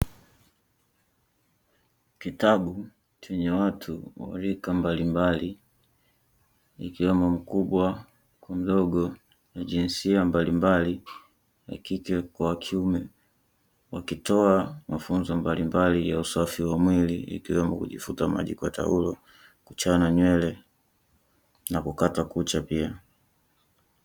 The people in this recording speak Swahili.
Kitabu chenye watu wa rika mbalimbali ikiwemo mkubwa kwa mdogo na jinsia mbalimbali ya kike kwa wakiume, wakitoa mafunzo mbalimbali ya usafi wa mwili ikiwemo kujifuta maji kwa taulo, kuchana nywele, na kukata kucha pia.